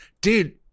dude